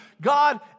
God